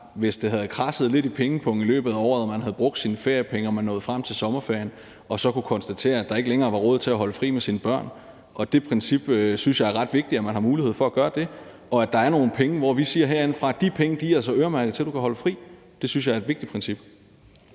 hvis det havde kradset lidt i pengepungen i løbet af året og man havde brugt sine feriepenge, når man nåede frem til sommerferien, og så kunne konstatere, at der ikke længere var råd til at holde fri med sine børn. Det princip synes jeg er ret vigtigt, altså at man har mulighed for at gøre det, og at der er nogle penge, som vi siger herindefra altså er øremærket til, at du kan holde fri. Det synes jeg er et vigtigt princip.